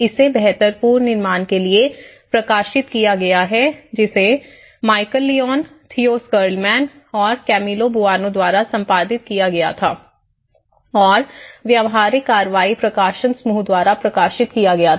इसे बेहतर पूर्ण निर्माण के लिए प्रकाशित किया गया है जिसे माइकल लियोन थियो स्कर्लमैन और कैमिलो बूआनो द्वारा संपादित किया गया था और व्यावहारिक कार्रवाई प्रकाशन समूह द्वारा प्रकाशित किया गया था